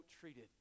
treated